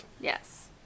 Yes